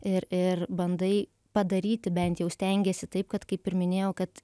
ir ir bandai padaryti bent jau stengiesi taip kad kaip ir minėjau kad